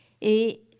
Et